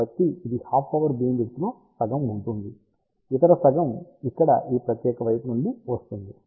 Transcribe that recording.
కాబట్టి ఇది half power beam width లో సగం ఉంటుంది ఇతర సగం ఇక్కడ ఈ ప్రత్యేక వైపు నుండి వస్తుంది